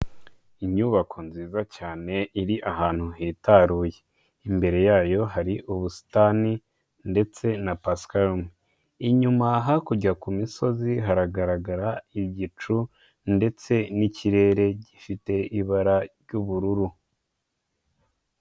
Inyubako nziza cyane, iri ahantu hitaruye. Imbere yayo hari ubusitani ndetse na pasikarumu. Inyuma hakurya ku misozi, haragaragara igicu ndetse n'ikirere gifite ibara ry'ubururu.